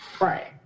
Right